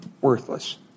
worthless